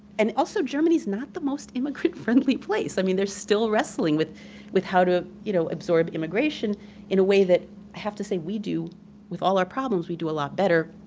and also germany's not the most immigrant friendly place. i mean they're still wrestling with with how to you know absorb immigration in a way that i have to say we do with all our problems we do a lot better.